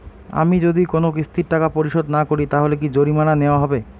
আমি যদি কোন কিস্তির টাকা পরিশোধ না করি তাহলে কি জরিমানা নেওয়া হবে?